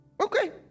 okay